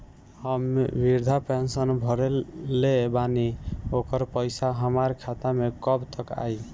हम विर्धा पैंसैन भरले बानी ओकर पईसा हमार खाता मे कब तक आई?